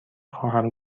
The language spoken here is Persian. خواهم